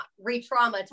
re-traumatize